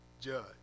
judge